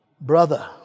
Brother